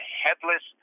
headless